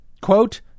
Quote